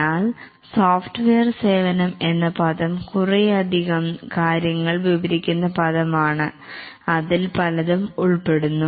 എന്നാൽ സോഫ്റ്റ്വെയർ സേവനം എന്ന പദം കുറേയധികം കാര്യങ്ങൾ വിവരിക്കുന്ന പദമാണ് അതിൽ പലതും ഉൾപ്പെടുന്നു